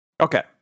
Okay